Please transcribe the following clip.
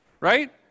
right